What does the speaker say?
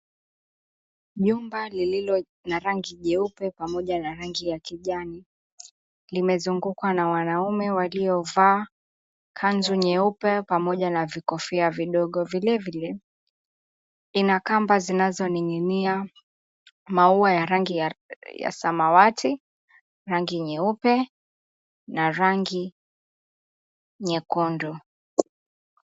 Jumba lililo na rangi jeupe pamoja na rangi ya kijani limezungukwa na wanaume waliovaa kanzu nyeupe pamoja na vikofia vidogo. Vilevile lina kamba zinazoning'inia maua ya rangi ya samawati, rangi nyeupe na rangi nyekundu.